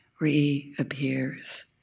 reappears